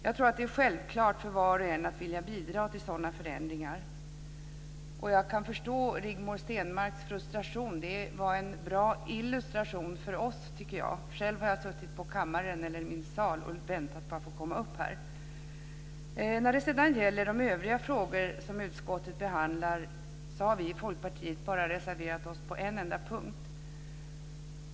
Jag tror att det är självklart för var och en att vilja bidra till sådana förändringar. Jag kan förstå Rigmor Stenmarks frustration - det var en bra illustration för oss. Själv har jag suttit i min kammare och väntat på att få komma upp här. När det gäller de övriga frågor som utskottet behandlar har vi i Folkpartiet bara reserverat oss på en enda punkt.